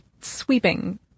sweeping